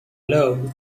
loved